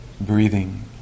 breathing